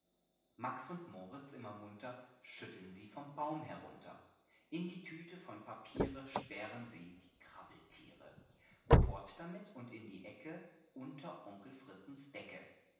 max und moritz immer munter schütteln sie vom baum herunter illustration und in die tüte in die düte von papiere sperren sie die krabbeltiere illustration ab unter die decke fort damit und in die ecke unter onkel fritzens decke